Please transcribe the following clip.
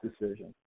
decision